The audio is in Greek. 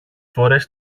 φορές